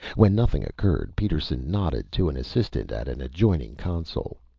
when nothing occurred, peterson nodded to an assistant at an adjoining console.